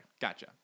Gotcha